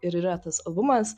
ir yra tas albumas